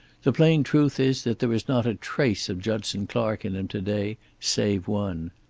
the plain truth is that there is not a trace of judson clark in him to-day, save one.